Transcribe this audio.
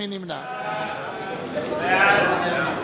מי נמנע?